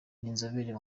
n’inzobere